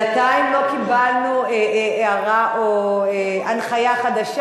בינתיים לא קיבלנו הערה או הנחיה חדשה.